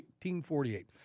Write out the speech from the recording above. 1848